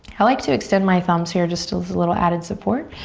i like to extend my thumbs here, just as a little added support.